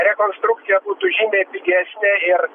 rekonstrukcija būtų žymiai pigesnė ir